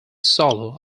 solo